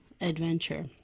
adventure